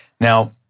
Now